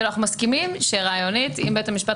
אנחנו מסכימים שרעיונית אם בית המשפט